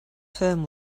term